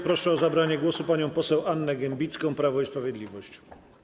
Proszę o zabranie głosu panią poseł Annę Gembicką, Prawo i Sprawiedliwość.